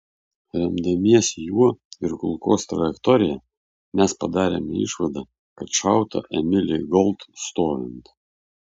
remdamiesi juo ir kulkos trajektorija mes padarėme išvadą kad šauta emilei gold stovint